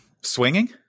Swinging